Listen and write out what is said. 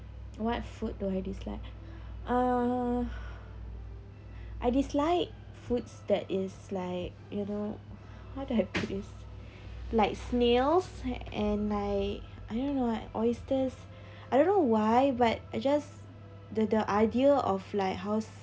what food do I dislike uh I dislike foods that is like you know how to have produced like snails and like I don't know oysters I don't know why but I just the the idea of like house